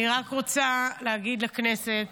אני רק רוצה להגיד לכנסת